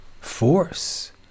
force